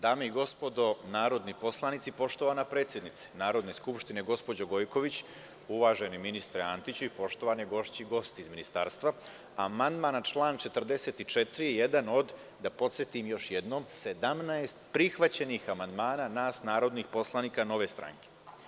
Dame i gospodo narodni poslanici, poštovana predsednice Narodne skupštine gospođo Gojković, uvaženi ministre Antiću i poštovane gošće i gosti iz ministarstva, amandman na član 44. jedan od, da podsetim još jednom, 17 prihvaćenih amandmana nas narodnih poslanika Nove stranke.